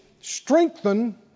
Strengthen